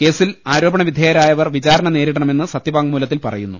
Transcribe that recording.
കേസിൽ ആരോപണവിധേയരായവർ വിചാ രണ നേരിടണമെന്ന് സത്യവാങ്മൂലത്തിൽ പറയുന്നു